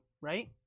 right